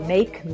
Make